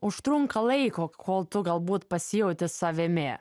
užtrunka laiko kol tu galbūt pasijauti savimi